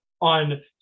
on